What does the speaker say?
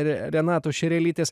renatos šerelytės